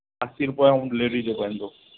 असी रुपए ऑलरेडी जेको ईंदो